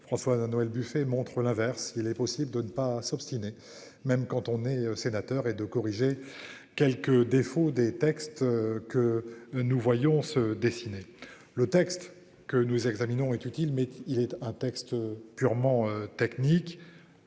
François-Noël Buffet montre l'inverse il est possible de ne pas s'obstiner, même quand on est sénateur et de corriger quelques défauts des textes que nous voyons se dessiner le texte que nous examinons est utile, mais il est un texte purement technique.